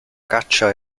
caccia